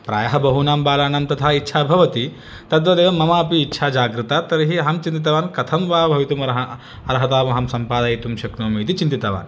प्रायः बहूनां बालानां तथा इच्छा भवति तद्वदेव ममापि इच्छा जागृता तर्हि अहं चिन्तितवान् कथं वा भवितुमर्हा अर्हतामहं सम्पादयितुं शक्नोमि इति चिन्तितवान्